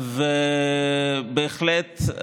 בהחלט,